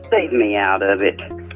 leave me out of it